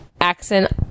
accent